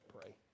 pray